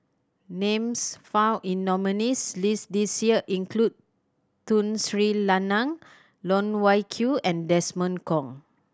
names found in nominees' list this year include Tun Sri Lanang Loh Wai Kiew and Desmond Kon